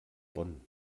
bonn